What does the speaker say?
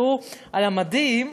כשהוא על מדים,